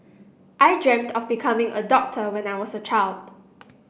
I dreamt of becoming a doctor when I was a child